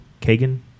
Kagan